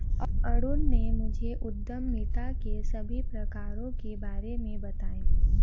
अरुण ने मुझे उद्यमिता के सभी प्रकारों के बारे में बताएं